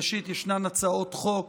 ראשית, יש הצעות חוק